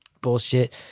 bullshit